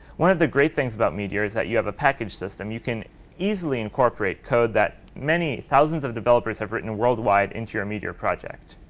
one of the great things about meteor is that you have a package system. you can easily incorporate code that many thousands of developers have written worldwide into your meteor project.